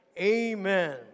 amen